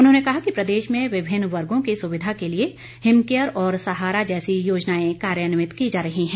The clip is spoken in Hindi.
उन्होंने कहा कि प्रदेश में विभिन्न वर्गों की सुविधा के लिए हिमकेयर और सहारा जैसी योजनाएं कार्यान्वित की जा रही है